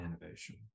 innovation